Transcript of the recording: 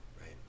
right